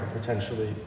potentially